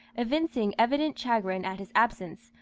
evincing evident chagrin at his absence,